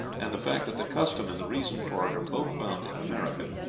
and the fact that the custom and the reason for it are both found in america,